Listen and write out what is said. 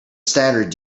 standard